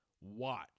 Watch